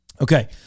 Okay